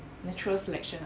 natural selection ah